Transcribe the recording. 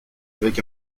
avec